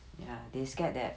ya they scared leh